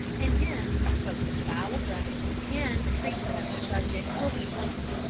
and hence both the style of writing and the treatment of the subject will be simple.